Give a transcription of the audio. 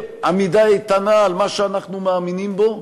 אנחנו צריכים לשדר עמידה איתנה על מה שאנחנו מאמינים בו.